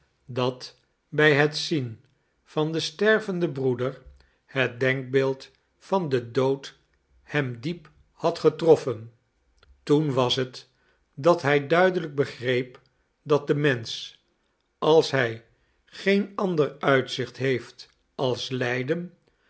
dat bij het zien van den stervenden broeder het denkbeeld van den dood hem diep had getroffen toen was het dat hij duidelijk begreep dat de mensch als hij geen ander uitzicht heeft als lijden